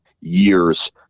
years